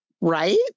Right